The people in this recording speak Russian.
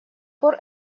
пор